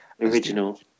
original